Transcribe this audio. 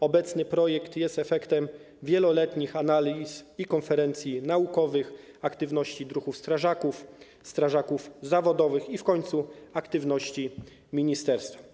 Obecny projekt jest efektem wieloletnich analiz i konferencji naukowych, aktywności druhów strażaków, strażaków zawodowych i w końcu aktywności ministerstwa.